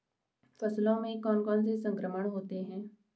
फसलों में कौन कौन से संक्रमण होते हैं?